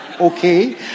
Okay